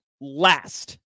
last